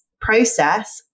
process